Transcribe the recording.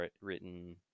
written